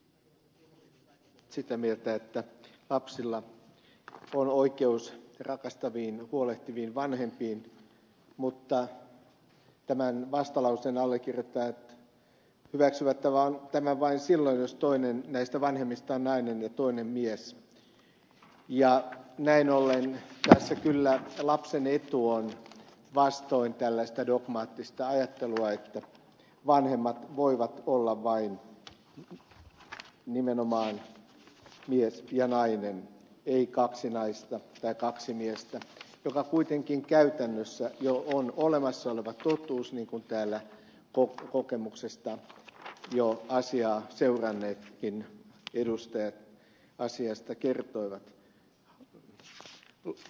kaikki ovat sitä mieltä että lapsilla on oikeus rakastaviin huolehtiviin vanhempiin mutta vastalauseen allekirjoittajat hyväksyvät tämän vain silloin jos toinen näistä vanhemmista on nainen ja toinen mies ja näin ollen tässä kyllä lapsen etu on vastoin tällaista dogmaattista ajattelua että vanhemmat voivat olla nimenomaan vain mies ja nainen eivät kaksi naista tai kaksi miestä mikä kuitenkin käytännössä jo on olemassa oleva totuus niin kuin täällä kokemuksesta jo asiaa seuranneetkin edustajat kertoivat